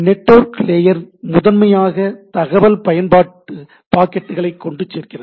network layer முதன்மையாக தகவல் பாக்கெட்டுகளை கொண்டுசேர்க்கிறது